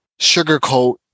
sugarcoat